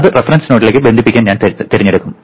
അത് റഫറൻസ് നോഡിലേക്ക് ബന്ധിപ്പിക്കാൻ ഞാൻ തിരഞ്ഞെടുക്കും